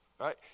right